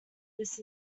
this